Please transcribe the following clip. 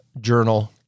journal